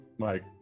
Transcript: Mike